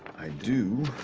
i do.